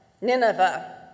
Nineveh